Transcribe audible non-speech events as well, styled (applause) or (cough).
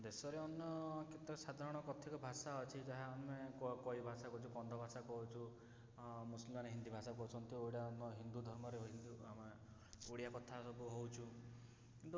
ଦେଶରେ ଅନ୍ୟ କେତେକ ସାଧାରଣ କଥିତ ଭାଷା ଅଛି ଯାହା ଆମେ କଈ ଭାଷା କହୁଛୁ କନ୍ଧ ଭାଷା କହୁଛୁ ମୁସଲମାନ୍ ହିନ୍ଦୀ ଭାଷା କହୁଛନ୍ତି (unintelligible) ଆମ ହିନ୍ଦୁ ଧର୍ମରେ ହିନ୍ଦୁ ଆମେ ଓଡ଼ିଆ କଥା ସବୁ ହେଉଛୁ କିନ୍ତୁ